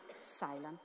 silent